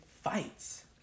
fights